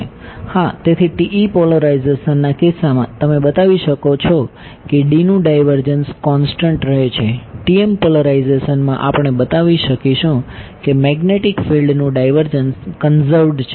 હા તેથી TE પોલેરાઇઝેશનના આ કિસ્સામાં તમે બતાવી શકો છો કે Dનું ડાયવર્જન્સ કોંસ્ટંટ રહે છે TM પોલેરાઇઝેશનમાં આપણે બતાવી શકીશું કે મેગ્નેટીક ફિલ્ડ નું ડાયવર્જન્સ કંઝર્વ્ડ છે